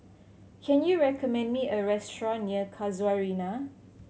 can you recommend me a restaurant near Casuarina